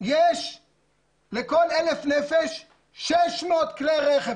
יש לכל 1,000 נפש 600 כלי רכב,